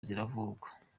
ziravurwa